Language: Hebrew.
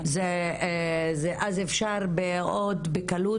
אז אפשר בקלות,